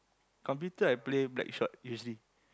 computer I play Blackshot usually